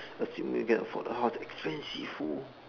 assuming if you can afford the house expensive !woo!